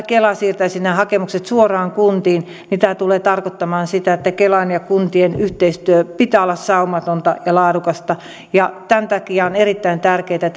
kela siirtäisi nämä hakemukset suoraan kuntiin niin tämä tulee tarkoittamaan sitä että kelan ja kuntien yhteistyön pitää olla saumatonta ja laadukasta tämän takia on erittäin tärkeätä